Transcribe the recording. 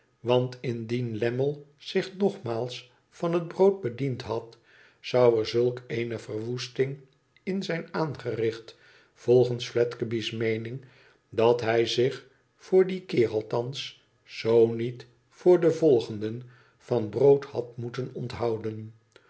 want indien lammie zich nogmaals van het brood bediend had zou er zulk eene verwoesting in zijn aangericht volgens fiedgeby s meening dat hij zich voor dien keer althans zoo niet voor den volgenden van brood had moeten onthouden